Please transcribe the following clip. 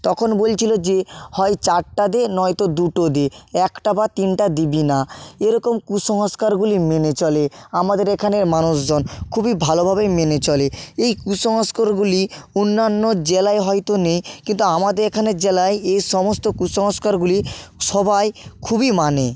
তখন বলছিল যে হয় চারটে দে নয়তো দুটো দে একটা বা তিনটে দিবি না এরকম কুসংস্কারগুলি মেনে চলে আমাদের এখানের মানুষজন খুবই ভালোভাবেই মেনে চলে এই কুসংস্কারগুলি অন্যান্য জেলায় হয়তো নেই কিন্তু আমাদের এখানের জেলায় এসমস্ত কুসংস্কারগুলি সবাই খুবই মানে